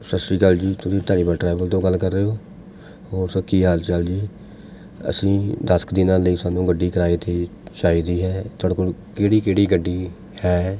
ਸਤਿ ਸ਼੍ਰੀ ਅਕਾਲ ਜੀ ਤੁਸੀਂ ਧਾਰੀਵਾਲ ਟ੍ਰੈਵਲ ਤੋਂ ਗੱਲ ਕਰ ਰਹੇ ਹੋ ਹੋਰ ਸਰ ਕੀ ਹਾਲ ਚਾਲ ਜੀ ਅਸੀਂ ਦਸ ਕੁ ਦਿਨਾਂ ਲਈ ਸਾਨੂੰ ਗੱਡੀ ਕਿਰਾਏ 'ਤੇ ਚਾਹੀਦੀ ਹੈ ਤੁਹਾਡੇ ਕੋਲ਼ ਕਿਹੜੀ ਕਿਹੜੀ ਗੱਡੀ ਹੈ